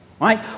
Right